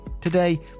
Today